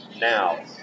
now